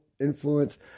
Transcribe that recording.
influence